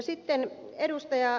sitten ed